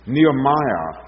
Nehemiah